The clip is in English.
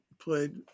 played